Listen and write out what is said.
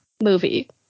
movie